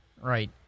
Right